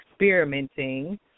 experimenting